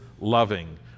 loving